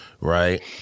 right